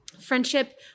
Friendship